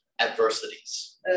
adversities